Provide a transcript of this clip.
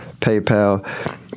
PayPal